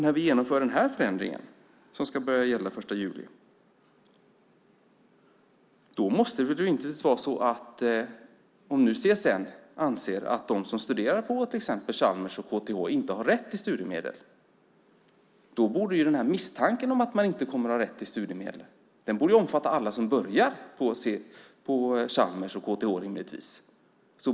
När vi genomför den här förändringen, som gäller från den 1 juli, och om CSN anser att de som studerar exempelvis på Chalmers och KTH inte har rätt till studiemedel borde misstanken om att man inte kommer att ha rätt till studiemedel rimligtvis omfatta alla som börjar på Chalmers och KTH.